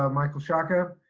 ah michael sciacca,